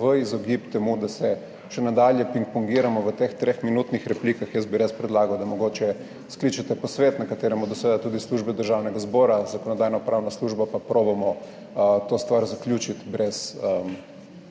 v izogib temu, da se še nadalje pingpongiramo v teh treh minutnih replikah, jaz bi res predlagal, da mogoče skličete posvet, na katerem bodo seveda tudi službe Državnega zbora, Zakonodajno-pravna služba, pa probamo to stvar zaključiti brez tega